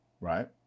right